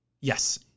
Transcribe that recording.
yes